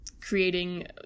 creating